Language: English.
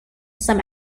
some